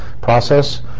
process